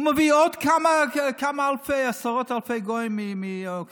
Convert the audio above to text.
הוא מביא עוד כמה עשרות אלפי גויים מאוקראינה.